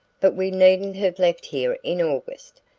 but we needn't have left here in august!